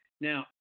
now